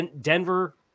Denver